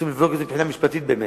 צריך לבדוק את זה מבחינה משפטית, באמת.